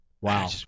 Wow